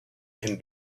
can